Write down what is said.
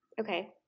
Okay